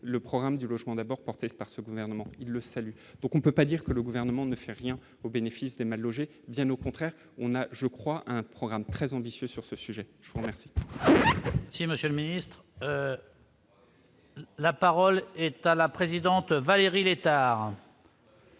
le programme de logements, d'abord porté par ce gouvernement, il le salue donc on peut pas dire que le gouvernement ne fait rien au bénéfice des mal-logés, bien au contraire, on a je crois un programme très ambitieux sur ce sujet je crois. Si Monsieur le Ministre. La parole est à la présidente Valérie Létard.